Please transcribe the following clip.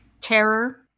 terror